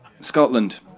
Scotland